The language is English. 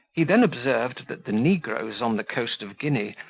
he then observed that the negroes on the coast of guinea,